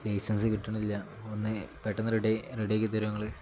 licence കിട്ടണില്ല ഒന്ന് പെട്ടന്ന് റെഡി റെഡി ആക്കി തരും നിങ്ങൾ